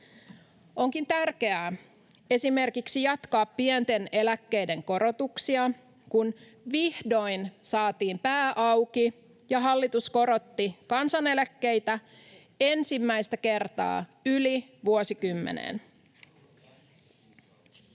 Onkin tärkeää esimerkiksi jatkaa pienten eläkkeiden korotuksia, kun vihdoin saatiin pää auki ja hallitus korotti kansaneläkkeitä ensimmäistä kertaa yli vuosikymmeneen.